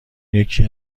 یکی